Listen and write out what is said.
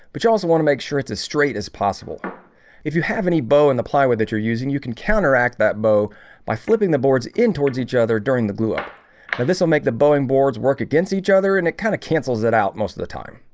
but you also want to make sure it's as straight as possible if you have any bow in the plywood that you're using you can counteract that bow by flipping the boards in towards each other during the glue up now this will make the bowing boards work against each other and it kind of cancels it out most of the time